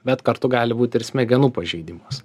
bet kartu gali būti ir smegenų pažeidimas